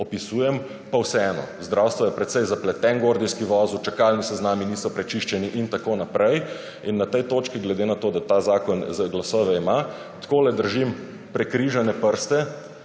opisujem, pa vseeno, zdravstvo je precej zapleten Gordijski vozel, čakalni seznami niso prečiščeni in tako naprej in na tej točki glede na to, da ta zakon glasove ima, tako držim prekrižane prste,